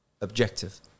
objective